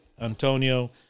Antonio